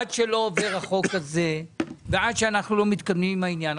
עד שלא עובר החוק הזה ועד שאנחנו לא מתקדמים עם העניין,